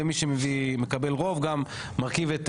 ומי שמקבל רוב גם מרכיב את